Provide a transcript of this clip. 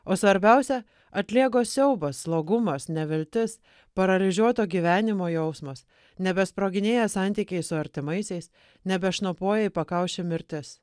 o svarbiausia atlėgo siaubas slogumas neviltis paralyžiuoto gyvenimo jausmas nebesproginėja santykiai su artimaisiais nebešnopuoja į pakaušį mirtis